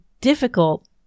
difficult